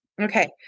Okay